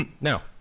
Now